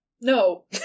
No